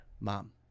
Mom